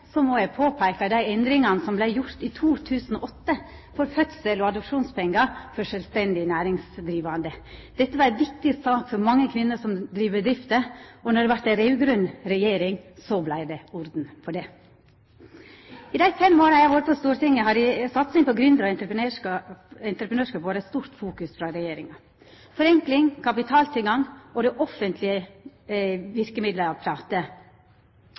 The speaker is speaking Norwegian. eg påpeika dei endringane som vart gjorde i 2008 for fødsels- og adopsjonspengar for sjølvstendig næringsdrivande. Dette var ei viktig sak for mange kvinner som driv bedrifter, og da det vart ei raud-grøn regjering, vart det orden på det. I dei fem åra eg har vore på Stortinget, har satsing på gründerar og entreprenørskap vore ei stor fokusering frå regjeringa. Forenkling, kapitaltilgang og det offentlege